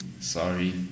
Sorry